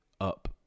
up